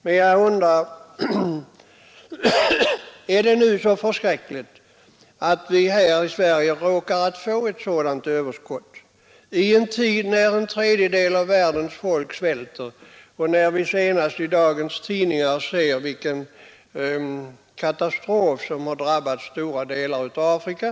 Men jag undrar nu, om det är så förskräckligt att vi här i Sverige råkar få ett sådant överskott; detta i en tid när en tredjedel av världens befolkning svälter och när vi, senast i dagens tidningar, kan läsa om den katastrof som på grund av torka har drabbat stora delar av Afrika.